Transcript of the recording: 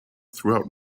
throughout